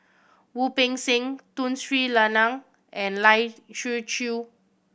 Wu Peng Seng Tun Sri Lanang and Lai Siu Chiu